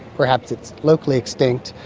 perhaps it's locally extinct,